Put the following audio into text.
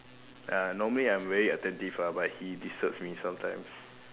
uh normally I'm very attentive ah but he disturbs me sometimes